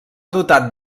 dotat